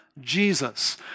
Jesus